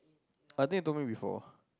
I think you told me before